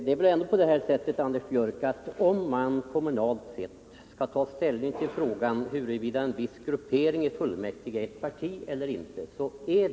Herr talman! Det är väl ändå så, Anders Björck, att det när man kommunalt skall ta ställning är ett problem att avgöra huruvida en gruppering i fullmäktige är ett parti eller inte.